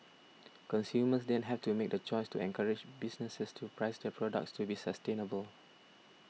consumers then have to make the choice to encourage businesses to price their products to be sustainable